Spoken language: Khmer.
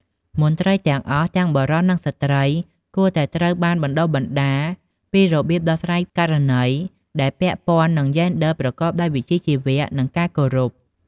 មន្ត្រីទាំងអស់ ទាំងបុរស និងស្ត្រី គួរតែត្រូវបានបណ្ដុះបណ្ដាលពី របៀបដោះស្រាយករណីដែលពាក់ព័ន្ធនឹងយេនឌ័រប្រកបដោយវិជ្ជាជីវៈ និងការគោរព។